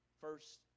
First